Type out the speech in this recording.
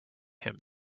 him